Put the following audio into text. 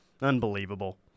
Unbelievable